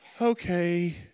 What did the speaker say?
Okay